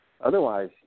Otherwise